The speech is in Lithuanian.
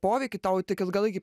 poveikį tau tik ilgalaikėj